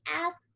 ask